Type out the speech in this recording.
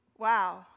Wow